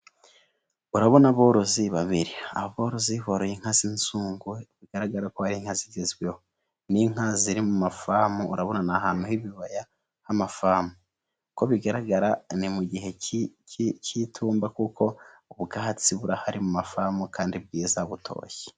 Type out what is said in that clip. Urabona aborozi babiri, aborozi biyororeye inka z'inzungu; bigaragara ko ari inka zigezweho. Ni inka ziri mu mafamu urabonana ahantu h'ibibaya h'amafamu ko bigaragara ni mu gihe cy'itumba kuko ubwatsi burahari mu mafamu kandi bwiza butoshye.